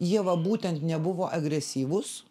jie va būtent nebuvo agresyvūs